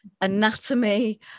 anatomy